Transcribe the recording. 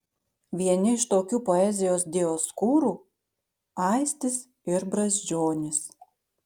vieni iš tokių poezijos dioskūrų aistis ir brazdžionis